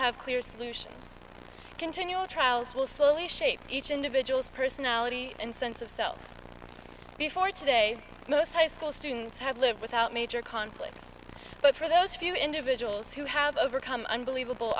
have clear solutions continual trials will slowly shape each individual's personality and sense of self before today most high school students have lived without major conflicts but for those few individuals who have overcome unbelievable